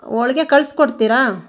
ಹೋಳ್ಗೆ ಕಳಿಸ್ಕೊಡ್ತೀರಾ